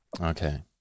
Okay